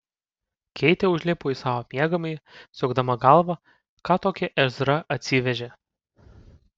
keitė užlipo į savo miegamąjį sukdama galvą ką tokį ezra atsivežė